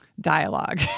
dialogue